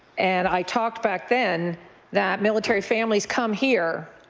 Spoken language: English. and i talked back then that military families come here,